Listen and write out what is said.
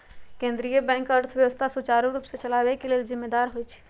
केंद्रीय बैंक अर्थव्यवस्था सुचारू रूप से चलाबे के लेल जिम्मेदार होइ छइ